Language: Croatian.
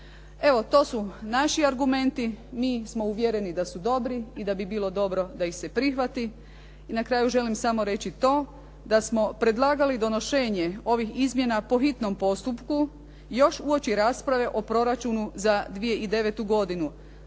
Evo, to su naši argumenti, mi smo uvjereni da su dobri i da bi bilo dobro da ih se prihvati. I na kraju želim samo reći to da smo predlagali donošenje ovih izmjena po hitnom postupku još uoči rasprave o proračunu za 2009. godinu.